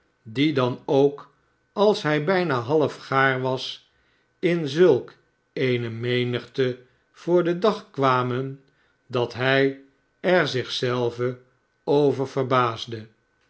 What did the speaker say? die dan ook als hij bijna half gaar was in zulk eene menigte voor den dag kwamen dat hij er zich zelf over verbaasde